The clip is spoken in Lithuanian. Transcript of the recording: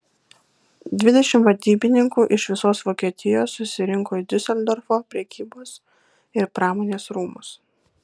dvidešimt vadybininkų iš visos vokietijos susirinko į diuseldorfo prekybos ir pramonės rūmus